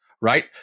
right